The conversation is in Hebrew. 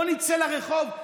בוא נצא לרחוב,